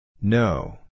No